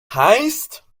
heißt